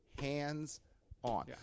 hands-on